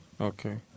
Okay